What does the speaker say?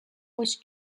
was